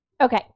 Okay